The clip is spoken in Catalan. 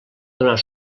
donar